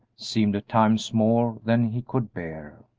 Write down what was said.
seemed at times more than he could bear.